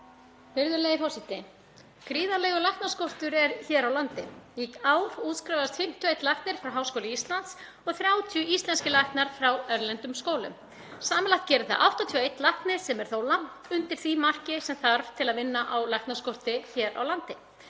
Virðulegi forseti. Gríðarlegu læknaskortur er hér á landi. Í ár útskrifast 51 læknir frá Háskóla Íslands og 30 íslenskir læknar frá erlendum skólum. Samanlagt gerir þetta 81 lækni sem er þó langt undir því marki sem þarf til að vinna á læknaskorti hér á landi.